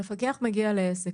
מפקח מגיע לעסק,